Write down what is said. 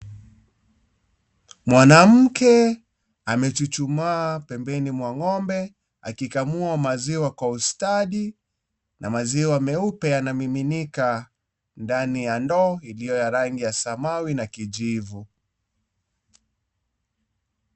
Mwanamke amechuchumaa pembeni mwa ng'ombe, akikamua maziwa kwa ustadi na maziwa meupe yanamiminika ndani ya ndoo iliyo ya rangi ya samawi na kijivu.